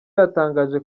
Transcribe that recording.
yatangaje